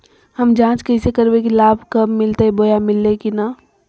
हम जांच कैसे करबे की लाभ कब मिलते बोया मिल्ले की न?